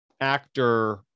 actor